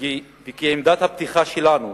וכי עמדת הפתיחה שלנו